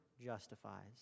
justifies